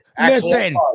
Listen